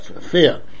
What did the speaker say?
fear